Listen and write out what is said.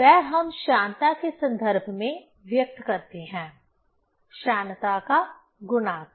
वह हम श्यानता के संदर्भ में व्यक्त करते हैं श्यानता का गुणांक